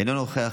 אינו נוכח,